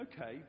okay